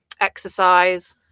exercise